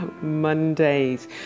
Mondays